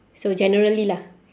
so generally lah